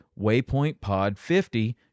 waypointpod50